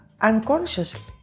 Unconsciously